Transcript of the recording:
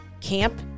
camp